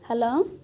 hello